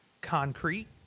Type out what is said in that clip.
concrete